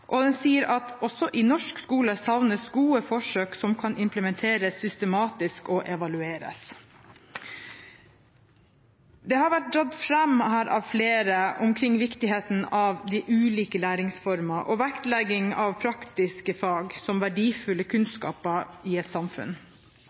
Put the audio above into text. og den sier at «også i norsk skole savnes gode forsøk som kan implementeres systematisk og evalueres». Det har vært dratt fram her av flere viktigheten av de ulike læringsformer og vektlegging av praktiske fag som verdifull kunnskap i et samfunn.